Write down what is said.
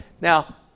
now